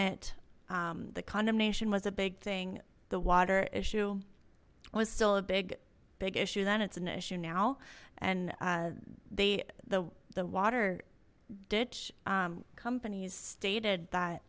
it the condemnation was a big thing the water issue was still a big big issue then it's an issue now and they the water ditch companies stated that